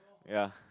ya